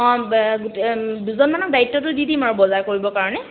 অঁ গোটেই দুজনমানক দায়িত্বটো দি দিম আৰু বজাৰ কৰিবৰ কাৰণে